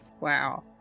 Wow